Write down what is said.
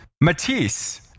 Matisse